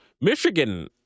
Michigan